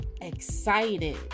excited